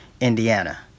Indiana